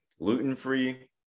gluten-free